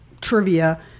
trivia